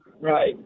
Right